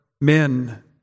men